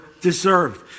deserved